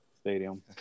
Stadium